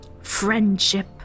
friendship